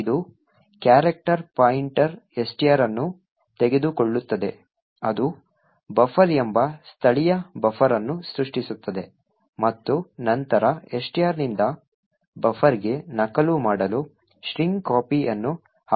ಇದು character pointer STR ಅನ್ನು ತೆಗೆದುಕೊಳ್ಳುತ್ತದೆ ಅದು ಬಫರ್ ಎಂಬ ಸ್ಥಳೀಯ ಬಫರ್ ಅನ್ನು ಸೃಷ್ಟಿಸುತ್ತದೆ ಮತ್ತು ನಂತರ STR ನಿಂದ ಬಫರ್ಗೆ ನಕಲು ಮಾಡಲು strcpy ಅನ್ನು ಆಹ್ವಾನಿಸುತ್ತದೆ